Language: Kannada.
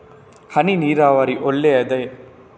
ಹನಿ ನೀರಾವರಿ ಒಳ್ಳೆಯದೇ?